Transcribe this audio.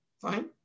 Fine